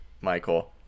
Michael